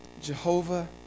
Jehovah